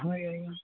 ହଁ ଆଜ୍ଞା